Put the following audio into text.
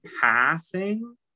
passing